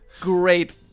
Great